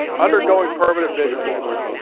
undergoing permanent vision loss.